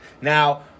Now